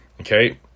Okay